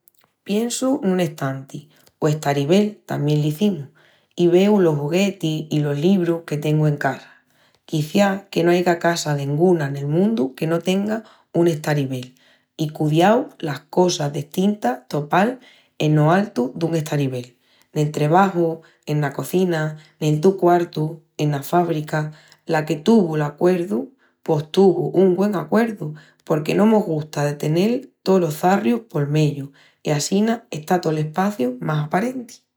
Piensu nun estanti, o estaribel tamién l'izimus, i veu los juguetis i los librus que tengu en casa. Quiciás que no aiga casa denguna nel mundu que no tenga un estaribel i cudiau las cosas destintas topal eno altu dun estaribel. Nel trebaju, ena cozina, nel tu quartu, ena fábrica. La que tuvu'l acuerdu pos tuvu un güen acuerdu porque no mos gusta de tenel tolos çarrius pol meyu i assina está tol espaciu más aparenti.